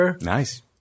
Nice